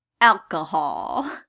Alcohol